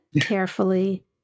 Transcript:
carefully